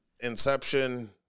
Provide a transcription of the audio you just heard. Inception